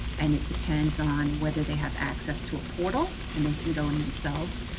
and it depends on whether they have access to a portal and they can go in themselves.